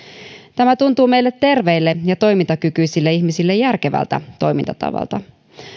tämä tuntuu meille terveille ja toimintakykyisille ihmisille järkevältä toimintatavalta